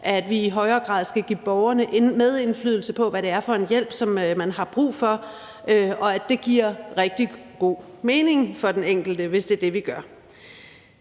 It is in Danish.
at vi i højere grad skal give borgerne medindflydelse på, hvad det er for en hjælp, som man har brug for, og at det giver rigtig god mening for den enkelte, hvis det er det, vi gør.